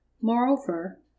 Moreover